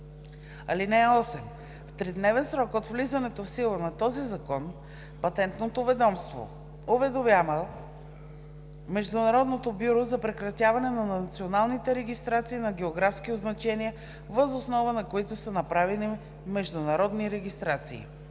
закон. (8) В тридневен срок от влизането в сила на този закон, Патентното ведомство уведомява Международното бюро за прекратяването на националните регистрации на географски означения, въз основа на които са направени международни регистрации.